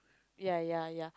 ya ya ya